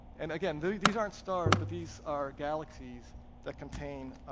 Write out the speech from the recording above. and again these aren't stars, but these are galaxies that contain